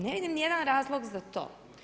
Ne vidim niti jedan razlog za to.